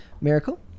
miracle